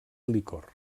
licor